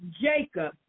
Jacob